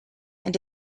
and